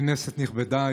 כנסת נכבדה,